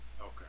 Okay